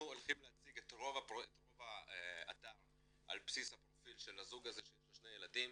נציג את רוב האתר על בסיס הפרופיל של הזוג הזה שיש לו שני ילדים,